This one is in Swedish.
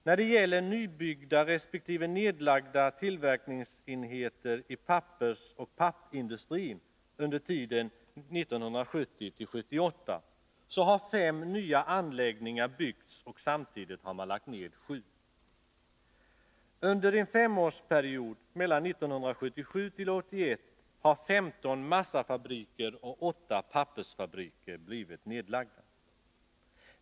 När det gäller nybyggda resp. nedlagda tillverkningsenheter i pappersoch pappindustrin under tiden 1970-1978 har fem nya anläggningar byggts och samtidigt sju lagts ned. Under en femårsperiod, mellan 1977 och 1981, har 15 massafabriker och åtta pappersfabriker blivit nedlagda.